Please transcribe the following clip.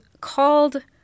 called